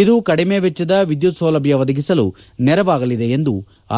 ಇದು ಕಡಿಮೆ ವೆಚ್ಲದ ವಿದ್ಗುತ್ ಸೌಲಭ್ಲ ಒದಗಿಸಲು ನೆರವಾಗಲಿದೆ ಎಂದು ಆರ್